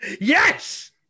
Yes